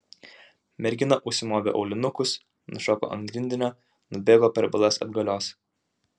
mergina užsimovė aulinukus nušoko ant grindinio nubėgo per balas atgalios